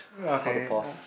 err okay uh